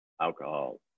Alcohol